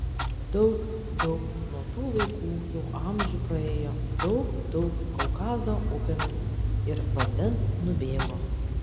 daug daug nuo tų laikų jau amžių praėjo daug daug kaukazo upėmis ir vandens nubėgo